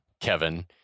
Kevin